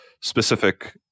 specific